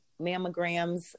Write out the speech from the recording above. mammograms